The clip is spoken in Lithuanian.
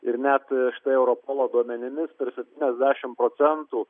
ir net štai europolo duomenimis per septyniasdešimt procentų